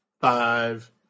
five